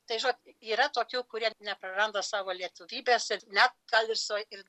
tai žinot yra tokių kurie nepraranda savo lietuvybės ir ne gal jisai ir